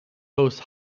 hosts